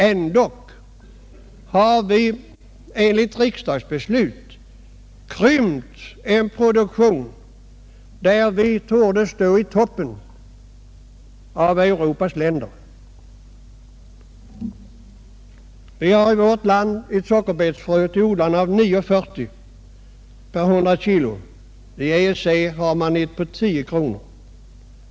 Ändå har vi enligt riksdagsbeslut krympt denna produktion. Vi har i vårt land ett pris på sockerbetor till odlarna av 9:40 per hundra kilo, medan EEC:s motsvarande pris är 10 kronor.